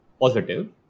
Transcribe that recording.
positive